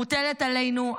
מוטלת עלינו,